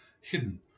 hidden